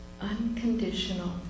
unconditional